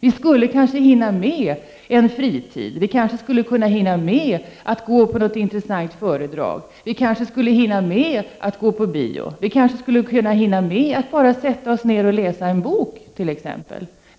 Vi skulle kanske hinna med att ha fritid, att gå på något intressant föredrag eller bio, vi kanske skulle hinna med att bara sätta oss ner och läsa en bok.